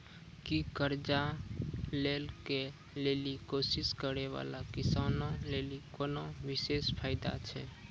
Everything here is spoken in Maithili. कि कर्जा लै के लेली कोशिश करै बाला किसानो लेली कोनो विशेष फायदा छै?